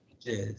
yes